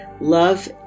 love